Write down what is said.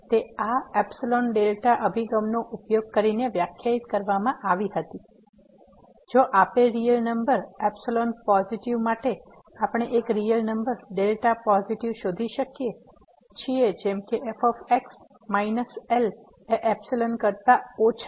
તે આ epsilon delta અભિગમનો ઉપયોગ કરીને વ્યાખ્યાયિત કરવામાં આવી હતી જો આપેલ રીઅલ નંબર એપ્સીલોન પોઝિટિવ માટે આપણે એક રીયલ નંબર ડેલ્ટા પોઝિટિવ શોધી શકીએ છીએ જેમ કે f માઈનસ L એ એપ્સીલોન કરતાં ઓછા